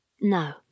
No